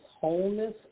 wholeness